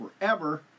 forever